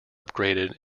upgraded